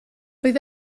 roedd